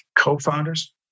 co-founders